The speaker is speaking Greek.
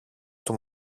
του